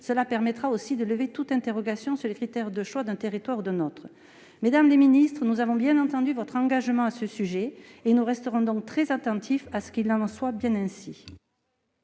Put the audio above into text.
Cela permettra aussi de lever toute interrogation sur les critères de choix d'un territoire ou d'un autre. Mesdames les ministres, nous avons bien entendu votre engagement à ce sujet ; nous resterons donc très attentifs à ce qu'il en soit bien ainsi.